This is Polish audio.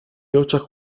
oczach